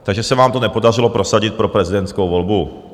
Takže se vám to nepodařilo prosadit pro prezidentskou volbu.